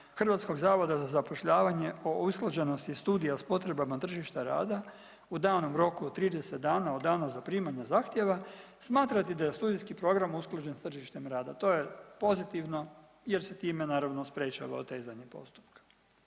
nedostavljanja mišljenja HZZ o usklađenosti studija s potrebama tržišta rada u danom roku od 30 dana od dana zaprimanja zahtjeva smatrati da je studijski program usklađen s tržištem rada. To je pozitivno jer se time naravno sprječava otezanje postupka.